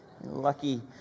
Lucky